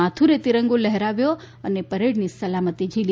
માથુરે તિરંગો લહેરાવ્યો અને પરેડની સલામી ઝીલી